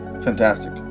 Fantastic